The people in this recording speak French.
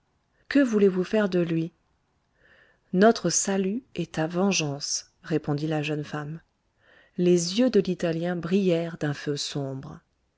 que voulez-vous faire de lui notre salut et ta vengeance répondit la jeune femme les yeux de l'italien brillèrent d'un feu sombre